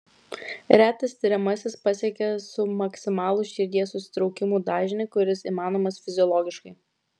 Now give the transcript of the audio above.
retas tiriamasis pasiekia submaksimalų širdies susitraukimų dažnį kuris įmanomas fiziologiškai